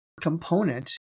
component